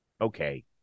okay